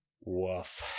Woof